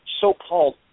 so-called